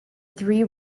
three